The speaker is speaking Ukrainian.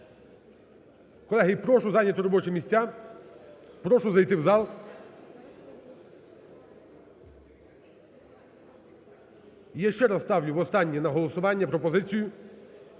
Колеги, прошу зайняти робочі місця, прошу зайти в зал. Я ще раз ставлю востаннє на голосування пропозицію